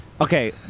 Okay